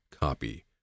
copy